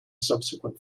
subsequent